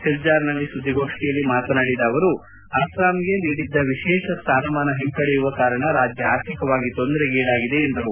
ಸಿಲ್ವಾರ್ನಲ್ಲಿ ಸುದ್ದಿಗೋಷ್ಠಿಯಲ್ಲಿ ಮಾತನಾಡುತ್ತಿದ್ದ ಅವರು ಅಸ್ಲಾಂಗೆ ನೀಡಿದ್ದ ವಿಶೇಷ ಸ್ವಾನಮಾನ ಹಿಂಪಡೆದಿರುವ ಕಾರಣ ರಾಜ್ಯ ಆರ್ಥಿಕವಾಗಿ ತೊಂದರೆಗೀಡಾಗಿದೆ ಎಂದರು